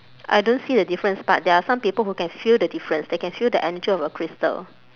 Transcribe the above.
I don't see the difference but there are some people who can feel the difference they can feel the energy of a crystal